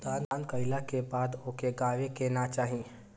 दान कइला के बाद ओके गावे के ना चाही